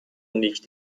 nicht